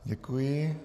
Děkuji.